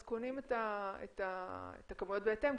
אז קונים את הכמויות בהתאם,